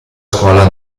scuola